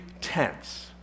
tense